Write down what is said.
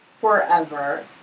forever